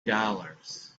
dollars